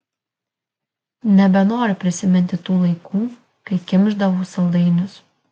nebenoriu prisiminti tų laikų kai kimšdavau saldainius